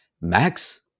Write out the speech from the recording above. max